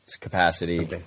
capacity